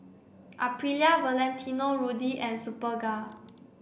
Aprilia Valentino Rudy and Superga